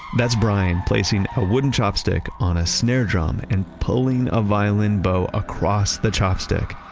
that's brian placing a wooden chopstick on a snare drum and pulling a violin bow across the chopstick.